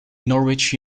norwich